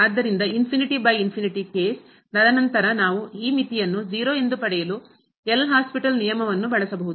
ಆದ್ದರಿಂದ ಕೇಸ್ ತದನಂತರ ನಾವು ಈ ಮಿತಿಯನ್ನು 0 ಎಂದು ಪಡೆಯಲು L' ಹಾಸ್ಪಿಟಲ್ ನಿಯಮವನ್ನು ಬಳಸಬಹುದು